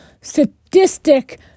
sadistic